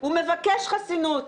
הוא מבקש חסינות.